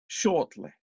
shortly